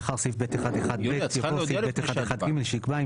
לאחר סעיף (ב1)(1)(ב) יבוא סעיף (ב1)(1)(ג) שיקבע 'אם